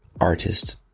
artist